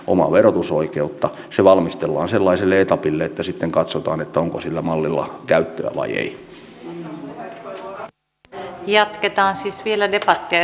omaa verotusoikeutta se valmistellaan sellaiselle etapille että sitten jätetty sitä päätäntävaltaa myös kunnille ja esimerkiksi korkeakoulupuolella ja että on siis vielä debattia